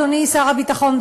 אדוני שר הביטחון,